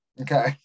Okay